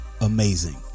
amazing